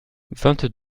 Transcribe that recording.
vingt